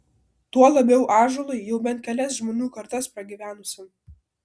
tuo labiau ąžuolui jau bent kelias žmonių kartas pragyvenusiam